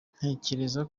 ntekereza